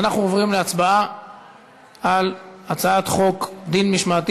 אז אנחנו עוברים להצבעה על הצעת חוק דין משמעתי